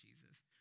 Jesus